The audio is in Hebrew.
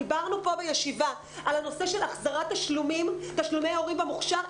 דיברנו פה בישיבה על הנושא של החזרת תשלומי הורים במוכשר.